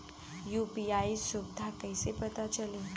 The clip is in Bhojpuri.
यू.पी.आई सुबिधा कइसे पता चली?